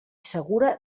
segura